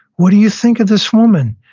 what do you think of this woman?